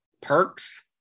Perks